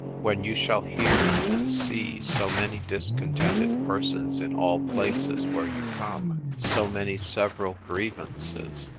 when you shall hear and see so many discontented persons in all places where you come, so many several grievances,